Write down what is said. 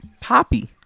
poppy